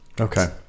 okay